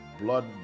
blood